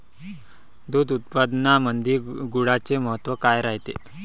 दूध उत्पादनामंदी गुळाचे महत्व काय रायते?